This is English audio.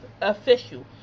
official